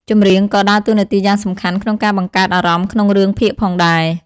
ចម្រៀងក៏ ដើរតួនាទីយ៉ាងសំខាន់ក្នុងការបង្កើតអារម្មណ៍ក្នុងរឿងភាគផងដែរ។